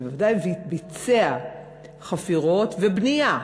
ובוודאי ביצע חפירות ובנייה,